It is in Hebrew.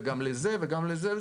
וגם לזה וגם לזה,